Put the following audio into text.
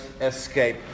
Escape